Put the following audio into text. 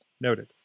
Noted